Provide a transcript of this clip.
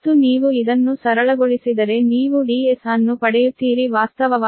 ಮತ್ತು ನೀವು ಇದನ್ನು ಸರಳಗೊಳಿಸಿದರೆ ನೀವು Ds ಅನ್ನು ಪಡೆಯುತ್ತೀರಿ ವಾಸ್ತವವಾಗಿ 1